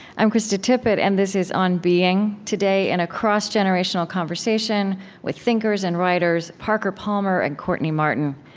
i'm krista tippett, and this is on being. today, in a cross-generational conversation with thinkers and writers, parker palmer and courtney martin.